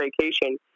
vacation